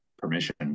permission